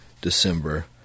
December